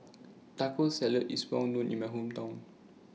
Taco Salad IS Well known in My Hometown